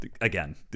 Again